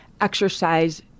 exercise